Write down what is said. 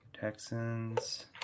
Texans